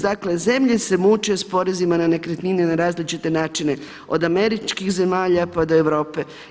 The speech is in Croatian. Dakle zemlje se muče s porezima na nekretnine na različite načine od američkih zemalja pa do Europe.